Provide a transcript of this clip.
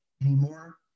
anymore